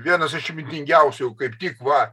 vienas išmintingiausių kaip tik va